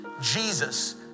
Jesus